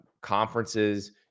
conferences